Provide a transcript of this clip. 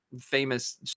famous